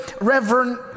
Reverend